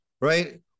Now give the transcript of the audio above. right